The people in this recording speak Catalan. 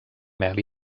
mel